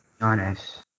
honest